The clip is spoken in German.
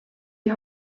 die